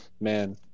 man